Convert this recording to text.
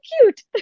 cute